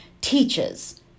teaches